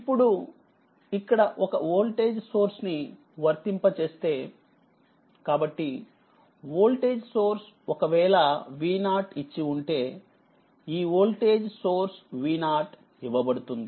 ఇప్పుడు ఇక్కడ ఒక వోల్టేజ్ సోర్స్ని వర్తింప చేస్తే కాబట్టివోల్టేజ్సోర్స్ఒకవేళV0 ఇచ్చిఉంటే ఈ వోల్టేజ్సోర్స్ V0 ఇవ్వబడుతుంది